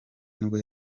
nibwo